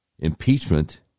Impeachment